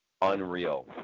unreal